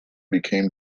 became